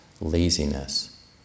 laziness